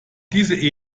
diese